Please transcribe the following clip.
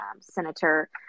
Senator